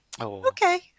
Okay